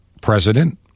president